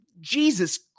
Jesus